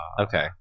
okay